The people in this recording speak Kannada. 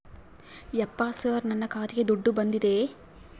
ಯಪ್ಪ ಸರ್ ನನ್ನ ಖಾತೆಗೆ ದುಡ್ಡು ಬಂದಿದೆಯ?